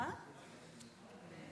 בבקשה, גברתי.